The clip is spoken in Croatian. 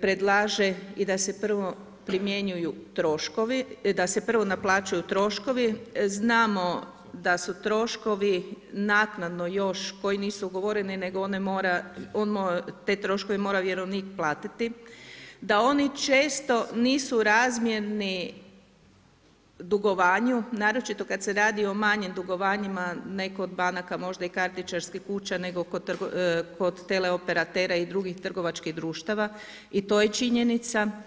predlaže i da se prvo primjenjuju troškovi, da se prvo naplaćuju troškovi, znamo da su troškovi naknadno još koji nisu ugovoreni, nego te troškove mora vjerovnik platiti, da oni često nisu razmjerni dugovanju naročito kad se radi o manjim dugovanjima ne kod banaka možda i kartičarskih kuća, nego kod teleoperatera i drugih trgovačkih društava i to je činjenica.